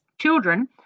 children